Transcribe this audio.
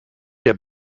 der